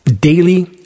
daily